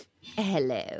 Hello